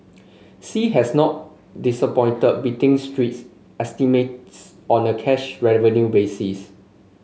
sea has not disappointed beating street estimates on a cash revenue basis